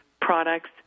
products